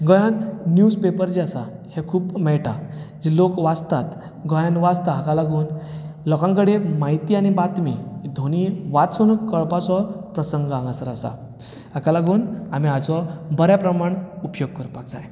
गोंयांत न्यूजपेपर जे आसात हे खूब मेळटात जे लोक वाचतात गोंयांत वाचतात हाका लागून लोकां कडेन म्हायती आनी बातमी दोनीय वाचून कळपाचो प्रसंग हांगासर आसा हाका लागून आमी हाचो बऱ्या प्रमाण उपयोग करपाक जाय